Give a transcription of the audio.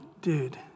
dude